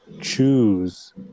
choose